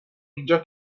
اینجا